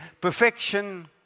perfection